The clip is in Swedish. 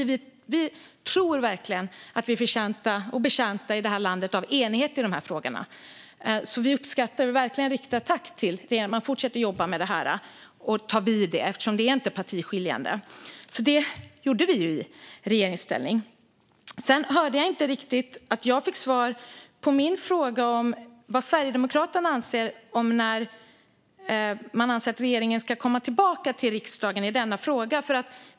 Vi tror verkligen att vi i detta land är betjänta av enighet i dessa frågor. Vi vill verkligen rikta ett tack till regeringen för att man fortsätter jobba med detta. Det är ju inte partiskiljande. Detta gjorde vi alltså i regeringsställning. Sedan hörde jag inte riktigt att jag fick svar på min fråga om när Sverigedemokraterna anser att regeringen ska komma tillbaka till riksdagen i denna fråga.